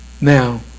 now